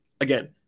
Again